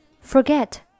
Forget